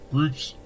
Groups